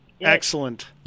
Excellent